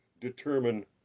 determine